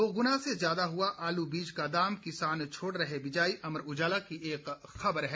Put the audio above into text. दो गुना से ज्यादा हुआ आलू बीज का दाम किसान छोड़ रहे बिजाई अमर उजाला की एक खबर है